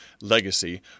legacy